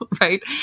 right